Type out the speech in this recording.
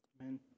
Amen